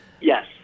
Yes